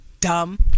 dumb